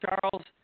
Charles